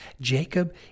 Jacob